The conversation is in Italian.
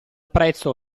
prezzo